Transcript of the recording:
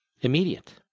Immediate